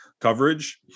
coverage